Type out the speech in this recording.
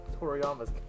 Toriyama's